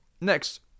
Next